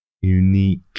unique